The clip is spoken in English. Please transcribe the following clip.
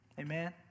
amen